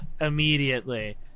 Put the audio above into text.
immediately